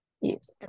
Yes